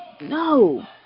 No